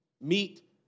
Meet